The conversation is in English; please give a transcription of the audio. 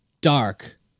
dark